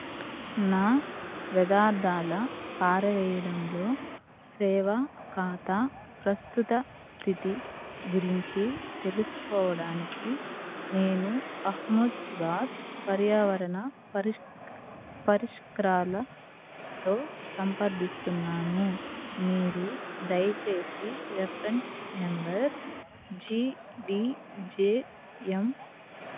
నా వ్యదార్థాల పారవెయ్యడంలో సేవా ఖాతా ప్రస్తుత స్థితి గురించి తెలుసుకోవడానికి నేను అహ్మదాబాదు పర్యావరణ పరిష్ పరిష్కరాలతో సంప్రదిస్తున్నాను మీరు దయచేసి రెఫరెన్స్ నెంబర్ జీడిజేఎం